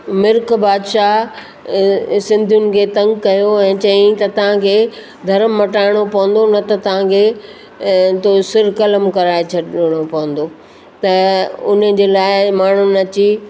मिर्क बादशा सिंधियुनि खे तंग कयो ऐं चयईं त तचांखे धर्म मटाइणो पवंदो न त तव्हांखे सिर कलम कराए छॾिणो पवंदो त उन जे लाइ माण्हुनि अची